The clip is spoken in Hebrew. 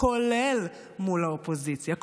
כולל מול האופוזיציה,